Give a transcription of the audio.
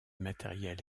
matériel